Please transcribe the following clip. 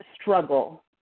struggle